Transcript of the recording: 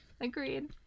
Agreed